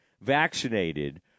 vaccinated